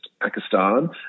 Pakistan